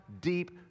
deep